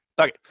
okay